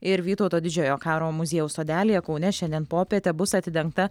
ir vytauto didžiojo karo muziejaus sodelyje kaune šiandien popietę bus atidengta